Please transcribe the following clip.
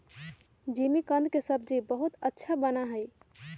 जिमीकंद के सब्जी बहुत अच्छा बना हई